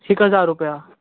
हिकु हज़ार रूपिया